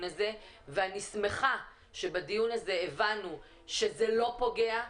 הזה ואני שמחה שבדיון הזה הבנו שזה לא פוגע,